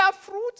fruit